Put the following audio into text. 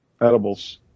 Edibles